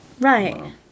Right